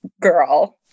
girl